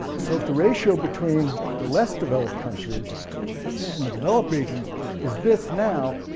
so if the ratio between the less developed countries and the developed regions is this now,